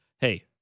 hey